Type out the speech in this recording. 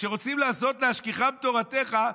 כשרוצים לעשות "להשכיחם תורתך",